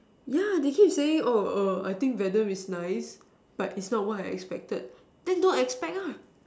yeah they keep saying oh err I think Venom is nice but it's not what I expected then don't expect lah